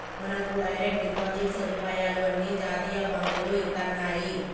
మనకు direct deposit సదుపాయాలు అన్ని జాతీయ బాంకులు ఇత్తన్నాయి